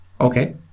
okay